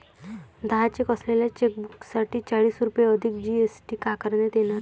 दहा चेक असलेल्या चेकबुकसाठी चाळीस रुपये अधिक जी.एस.टी आकारण्यात येणार